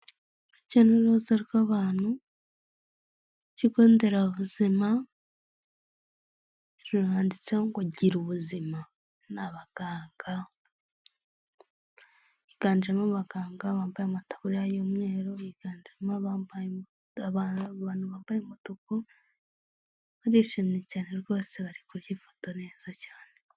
Urujya n'uruza rw'abantu, ikigonderabuzima hejuru handitseho ngo gira ubuzima n'abaganga higanjemo abaganga bambaye amataburiya y'umweru, higanjemo abantu bambaye umutuku, barishimye cyane rwose bari kurya ifoto neza cyane.